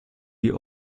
die